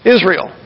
Israel